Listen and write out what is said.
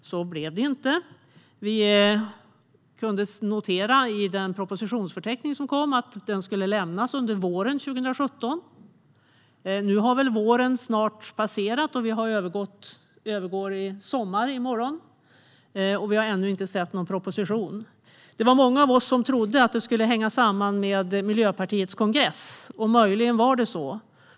Så blev inte fallet. Vi kunde i den propositionsförteckning som kom notera att den skulle lämnas in under våren 2017. Nu har våren snart passerat och vi övergår i morgon till sommar. Ännu har vi inte sett någon proposition. Många av oss trodde att det hängde samman med Miljöpartiets kongress, och möjligen var det så.